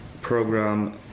program